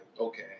okay